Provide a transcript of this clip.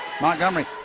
Montgomery